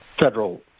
Federal